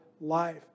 life